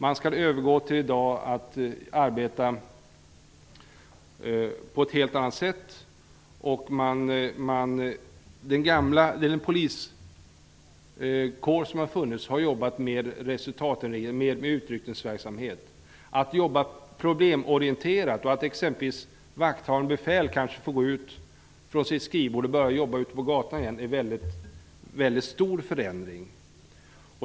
Man skall i dag övergå till att arbeta på ett helt annat sätt. Den gamla poliskår som har funnits har jobbat mer med utryckningsverksamhet. Att jobba problemorienterat och att exempelvis vakthavande befäl får gå från sitt skrivbord och börja jobba ute på gatorna igen är en stor förändring.